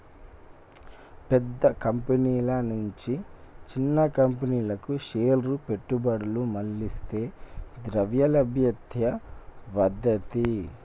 పెద్ద కంపెనీల నుంచి చిన్న కంపెనీలకు షేర్ల పెట్టుబడులు మళ్లిస్తే ద్రవ్యలభ్యత వత్తది